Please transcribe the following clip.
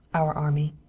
our army.